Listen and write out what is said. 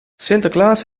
sinterklaas